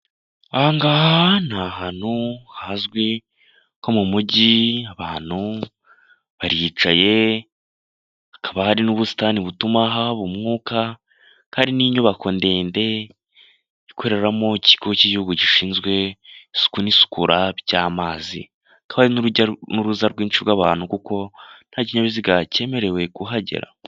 Ahangaha ni ahantu hazwi nko mu mujyi abantu baricaye hakaba hari n'ubusitani butuma haba umwuka hari n'inyubako ndende ikoreramo ikigo cy'igihugu gishinzwe isuku n'isukura by'amazi hari n'urujya n'uruza rwinshi rw'abantu kuko nta kinyabiziga cyemerewe kuhagera.